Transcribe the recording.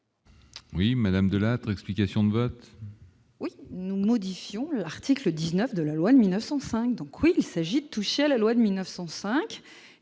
Oui, madame De Lattre, explications de vote. Oui nous modifions l'article 19 de la loi de 1905, donc oui, il s'agit de toucher à la loi de 1905,